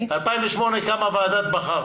ב-2008 קמה ועדת בכר